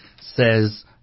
says